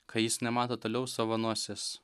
kai jis nemato toliau savo nosies